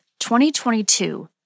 2022